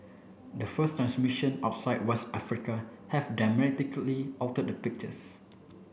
the first transmission outside West Africa have dramatically altered the pictures